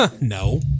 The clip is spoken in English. No